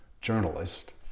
journalist